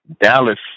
Dallas